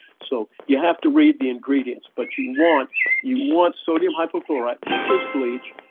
so you have to read the ingredients, but you want you want sodium hypochlorite, which is bleach,